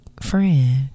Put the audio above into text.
friend